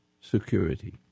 security